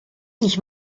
ich